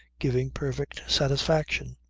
giving perfect satisfaction.